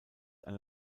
eine